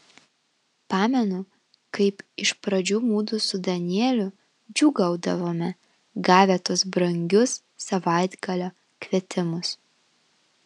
pamenu kaip iš pradžių mudu su danieliu džiūgaudavome gavę tuos brangius savaitgalio kvietimus